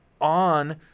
on